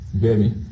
baby